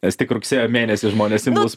nes tik rugsėjo mėnesį žmonės imlūs